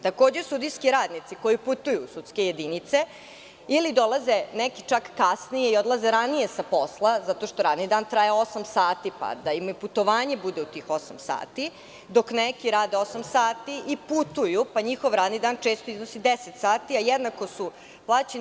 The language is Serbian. Takođe, sudijski radnici koji putuju u sudske jedinice ili dolaze neki čak kasnije i odlaze ranije sa posla zato što radni dan traje osam sati, pa da im i putovanje bude u tih osam sati, dok neki rade osam sati i putuju, pa njihov radni dan često iznosi 10 sati, a jednako su plaćeni.